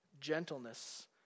gentleness